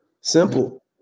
Simple